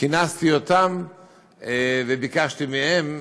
כינסתי אותם וביקשתי מהם,